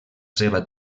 seva